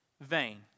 vain